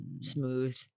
smooth